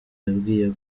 yambwiye